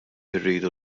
irridu